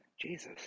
Jesus